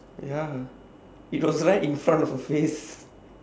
ya it was right in front of her face